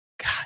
God